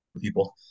people